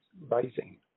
rising